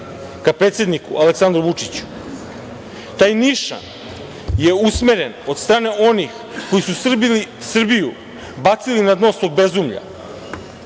ka predsedniku Aleksandru Vučiću. Taj nišan je usmeren od strane onih koji su Srbiju bacili na dno svog bezumlja.